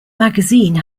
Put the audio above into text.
magazine